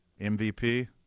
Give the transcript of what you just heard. MVP